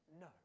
No